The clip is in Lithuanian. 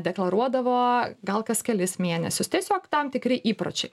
deklaruodavo gal kas kelis mėnesius tiesiog tam tikri įpročiai